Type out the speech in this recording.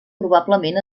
probablement